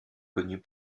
connue